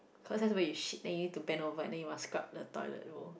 cause time when you shit then you need to bend over then you must scrab the toilet bowl